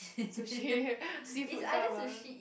sushi seafood stuff ah